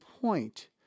point